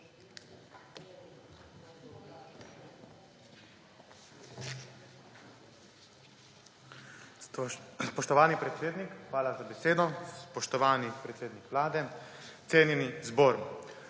Spoštovani predsednik, hvala za besedo. Spoštovani predsednik Vlade, kolegice